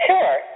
Sure